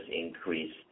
increase